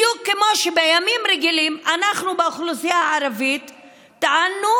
בדיוק כמו שבימים רגילים אנחנו באוכלוסייה הערבית טענו,